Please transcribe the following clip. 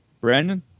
Brandon